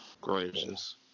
Gracious